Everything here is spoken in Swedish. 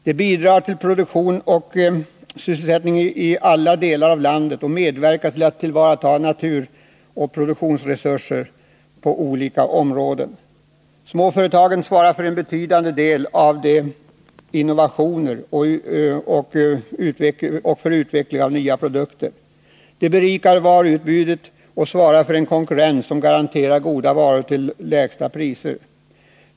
De bidrar till produktion och sysselsättning i olika delar av landet och medverkar till att naturoch produktionsresurser tas till vara. Småföretagen svarar för en betydande del av innovationerna och för utveckling av nya produkter. De berikar varuutbudet och svarar för en konkurrens som garanterar goda varor till lägsta möjliga priser.